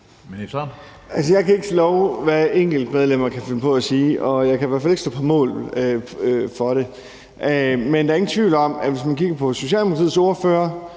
Danielsen): Jeg kan ikke vide, hvad enkelte medlemmer kan finde på at sige, og jeg kan være i hvert fald ikke på mål for det. Men der er ingen tvivl om, at hvis man kigger på Socialdemokratiets ordfører